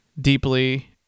deeply